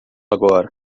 agora